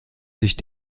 sich